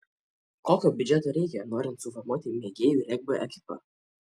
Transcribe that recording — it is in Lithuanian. kokio biudžeto reikia norint suformuoti mėgėjų regbio ekipą